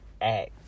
act